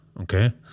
okay